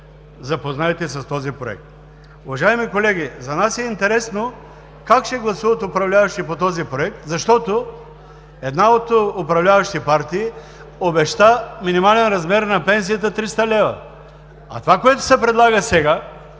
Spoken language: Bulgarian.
запознаете с този проект. Уважаеми колеги, за нас е интересно как ще гласуват управляващите по този проект, защото една от управляващите партии обеща минимален размер на пенсията 300 лв., а това, което се предлага сега,